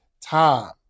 time